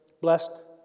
blessed